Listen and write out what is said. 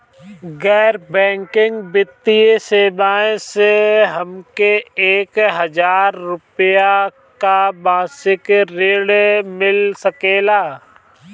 गैर बैंकिंग वित्तीय सेवाएं से हमके एक हज़ार रुपया क मासिक ऋण मिल सकेला?